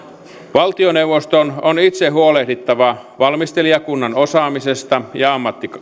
valtioneuvoston on itse huolehdittava valmistelijakunnan osaamisesta ja